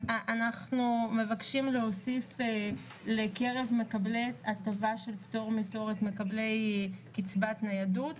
אנחנו מבקשים להוסיף למקבלי הטבה של פטור מתור את מקבלי קצבת ניידות,